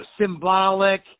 symbolic